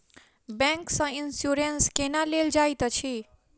bank सँ insurance केना लेल जाइत अछि